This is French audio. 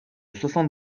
soixante